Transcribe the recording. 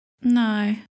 No